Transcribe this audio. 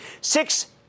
Six